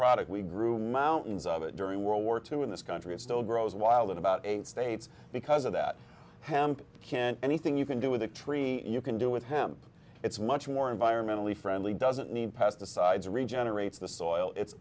product we grew mountains of it during world war two in this country it still grows wild in about eight states because of that ham can anything you can do with a tree you can do with him it's much more environmentally friendly doesn't need pesticides regenerates the soil it's